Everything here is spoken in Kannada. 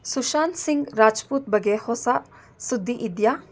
ಸುಶಾಂತ್ ಸಿಂಗ್ ರಾಜ್ಪೂತ್ ಬಗ್ಗೆ ಹೊಸ ಸುದ್ದಿ ಇದೆಯಾ